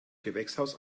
gewächshaus